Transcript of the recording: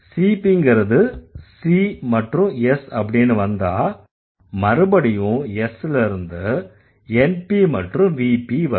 CP ங்கறது C மற்றும் S அப்படின்னு வந்தா மறுபடியும் S ல இருந்து NP மற்றும் VP வரும்